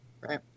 Right